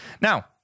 Now